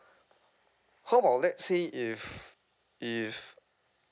how about let's say if if